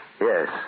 Yes